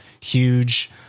Huge